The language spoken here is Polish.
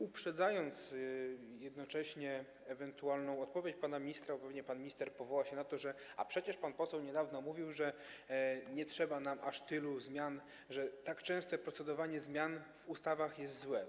Uprzedzam jednocześnie ewentualną odpowiedź pana ministra, bo pewnie pan minister powie: a przecież pan poseł niedawno mówił, że nie trzeba nam aż tylu zmian, że tak częste procedowanie zmian w ustawach jest złe.